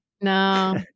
no